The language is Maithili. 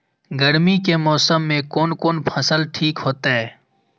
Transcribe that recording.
गर्मी के मौसम में कोन कोन फसल ठीक होते?